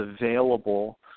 available